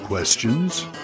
Questions